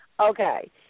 Okay